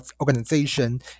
organization